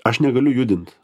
aš negaliu judinti